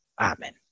amen